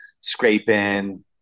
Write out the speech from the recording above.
scraping